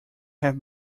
have